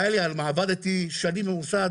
עבדתי שנים במוסד,